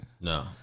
No